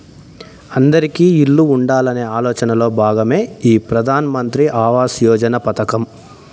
అందిరికీ ఇల్లు ఉండాలనే ఆలోచనలో భాగమే ఈ ప్రధాన్ మంత్రి ఆవాస్ యోజన పథకం